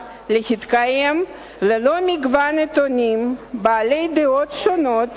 להתקיים ללא מגוון עיתונים בעלי דעות שונות